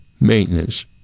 maintenance